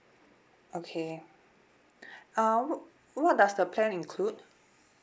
okay uh wh~ what does the plan include